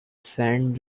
saint